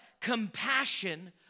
Compassion